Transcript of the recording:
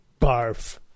barf